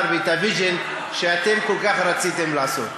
ואת ה-vision שאתם כל כך רציתם לעשות.